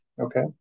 Okay